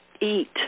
eat